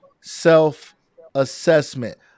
self-assessment